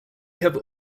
have